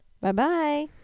Bye-bye